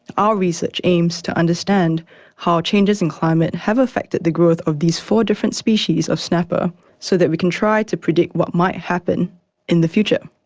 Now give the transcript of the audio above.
our research aims to understand how changes in climate have affected the growth of these four different species of snapper so that we can try to predict what might happen in the future.